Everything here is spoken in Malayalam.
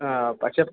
ആ പക്ഷെ